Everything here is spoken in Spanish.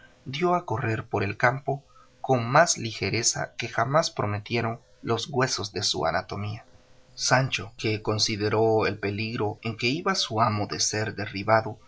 dio a correr por el campo con más ligereza que jamás prometieron los huesos de su notomía sancho que consideró el peligro en que iba su amo de ser derribado